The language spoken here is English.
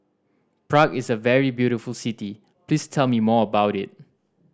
Prague is a very beautiful city please tell me more about it